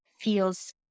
feels